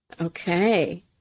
Okay